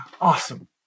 Awesome